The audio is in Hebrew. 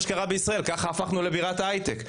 מה שאנחנו רואים עכשיו זה זליגה שקטה של תעשיית ההייטק.